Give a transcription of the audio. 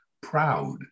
proud